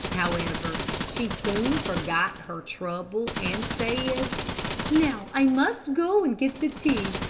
however, she soon forgot her trouble, and said now, i must go and get the tea.